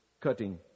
cutting